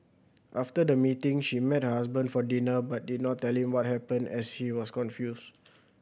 after the meeting she met her husband for dinner but did not tell him what happened as she was confused